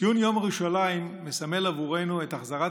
ציון יום ירושלים מסמל בעבורנו את החזרת